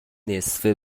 نصفه